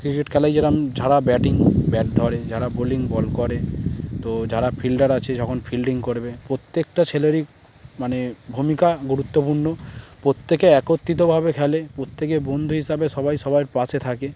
cricket খেলায় যেরম যারা ব্যাটিং ব্যাট ধরে যারা বোলিং বল করে তো যারা ফিল্ডার আছে যখন ফিল্ডিং করবে প্রত্যেকটা ছেলেরই মানে ভূমিকা গুরুত্বপূর্ণ প্রত্যেকে একত্রিতভাবে খেলে প্রত্যেকে বন্ধু হিসাবে সবাই সবার পাশে থাকে